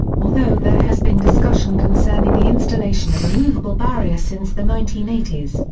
although there has been discussion concerning the installation of a movable barrier since the nineteen eighty s,